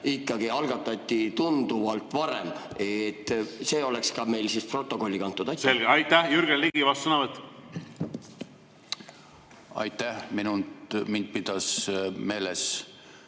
ikkagi algatati tunduvalt varem. Et see oleks ka meil protokolli kantud. Selge. Aitäh! Jürgen Ligi, vastusõnavõtt. Aitäh! Mind pidas meeles